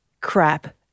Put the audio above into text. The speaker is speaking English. crap